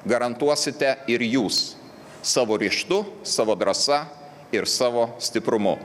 garantuosite ir jūs savo ryžtu savo drąsa ir savo stiprumu